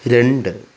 രണ്ട്